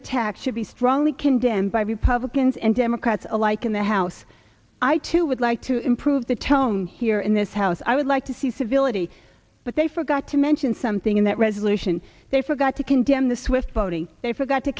attacks should be strongly condemned by republicans and democrats alike in the house i too would like to improve the tone here in this house i would like to see civility but they forgot to mention something in that resolution they forgot to condemn the swiftboating they forgot to